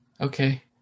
Okay